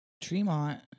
Tremont